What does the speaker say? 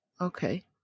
Okay